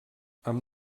amb